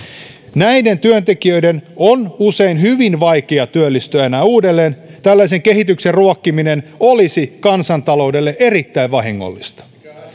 näiden työntekijöiden on usein hyvin vaikea työllistyä enää uudestaan tällaisen kehityksen ruokkiminen olisi kansantaloudelle erittäin vahingollista